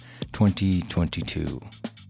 2022